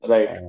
Right